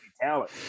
talent